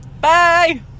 Bye